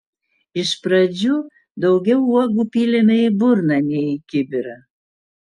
iš pradžių daugiau uogų pylėme į burną nei į kibirą